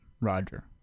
Roger